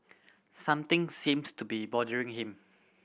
something seems to be bothering him